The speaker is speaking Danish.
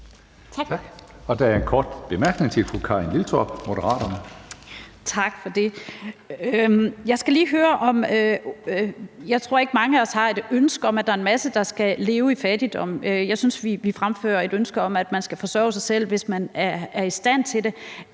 Jeg tror ikke, at mange af os har et ønske om, at der er en masse, der skal leve i fattigdom. Jeg synes, vi fremfører et ønske om, at man skal forsørge sig selv, hvis man er i stand til det.